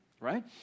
right